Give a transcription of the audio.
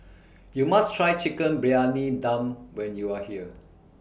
YOU must Try Chicken Briyani Dum when YOU Are here